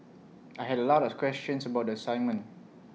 I had A lot of questions about the assignment